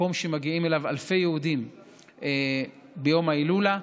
שמגיעים אליו אלפי יהודים ביום ההילולה.